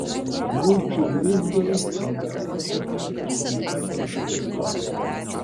lūpų blizgiai labiausiai patinka kompanijos pupa